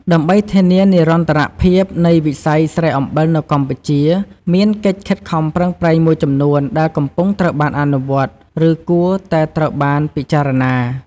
ដើម្បីធានានិរន្តរភាពនៃវិស័យស្រែអំបិលនៅកម្ពុជា មានកិច្ចខិតខំប្រឹងប្រែងមួយចំនួនដែលកំពុងត្រូវបានអនុវត្ត ឬគួរតែត្រូវបានពិចារណា៖